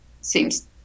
seems